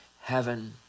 heaven